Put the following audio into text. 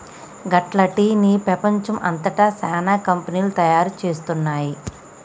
గట్ల టీ ని పెపంచం అంతట సానా కంపెనీలు తయారు చేస్తున్నాయి